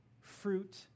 fruit